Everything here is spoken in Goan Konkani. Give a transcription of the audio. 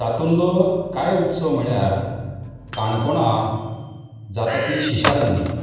तातूंतलो कांय उत्सव म्हळ्यार काणकोणांत जाता ती शिशारन्नी